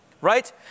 right